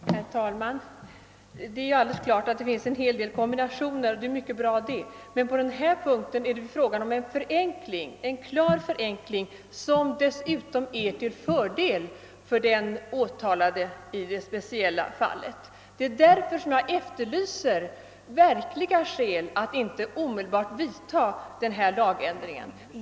Herr talman! Det är alldeles klart att det finns en hel del kombinationer, och det är ju mycket bra. Här är det emellertid fråga om en klar förenkling, som dessutom är till fördel för den åtalade i det speciella fallet. Det är därför som jag efterlyser verkliga skäl för att inte omedelbart vidta en lagändring.